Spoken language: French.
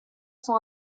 sont